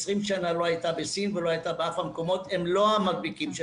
לא המדביקים של